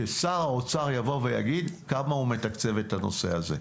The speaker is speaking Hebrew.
ששר האוצר יבוא ויגיד כמה הוא מתקצב את הנושא הזה.